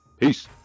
Peace